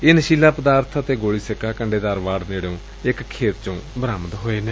ਇਹ ਨਸ਼ੀਲਾ ਪਦਾਰਥ ਅਤੇ ਗੋਲੀ ਸਿੱਕਾ ਕੰਡੇਦਾਰ ਵਾੜ ਨੇਤਿਓ ਇਕ ਖੇਤ ਚੋਂ ਮਿਲਿੈ